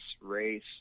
race